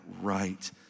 right